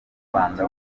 rwanda